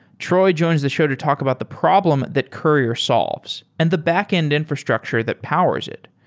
troy joins the show to talk about the problem that courier solves and the backend infrastructure that powers it.